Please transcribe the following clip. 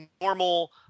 normal